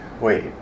wait